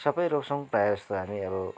सबै रोप्छौँ प्रायःजस्तो हामी अब